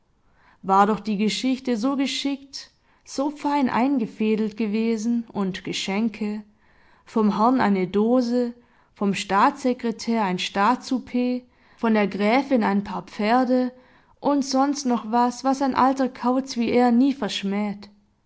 war doch die geschichte so geschickt so fein eingefädelt gewesen und geschenke vom herrn eine dose vom staatssekretär ein staatssouper von der gräfin ein paar pferde und sonst noch was was ein alter kauz wie er nie verschmäht